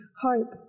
hope